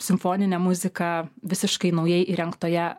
simfoninę muziką visiškai naujai įrengtoje